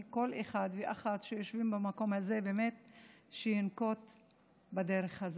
שכל אחד ואחת שיושבים במקום הזה ינקוט את הדרך הזאת.